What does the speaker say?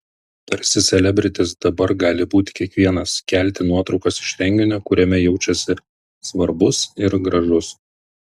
tarsi selebritis dabar gali būti kiekvienas kelti nuotraukas iš renginio kuriame jaučiasi svarbus ir gražus